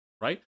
right